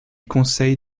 conseille